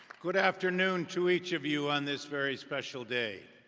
good afternoon to each of you on this very special day.